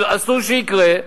ואסור שיקרה,